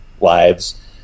lives